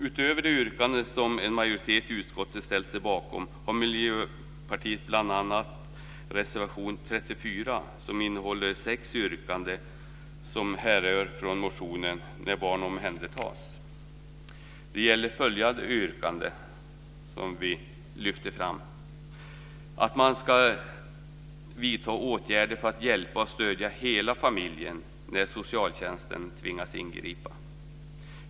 Utöver det yrkande som en majoritet i utskottet ställt sig bakom har Miljöpartiet bl.a. reservation 34, som innehåller sex yrkanden som härrör från motionen När barn omhändertas. Vi lyfter fram följande yrkanden: Man ska vidta åtgärder för att hjälpa och stödja hela familjen när socialtjänsten tvingas ingripa.